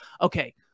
okay